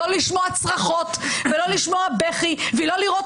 לא לשמוע צרחות ולא לשמוע בכי ולא לראות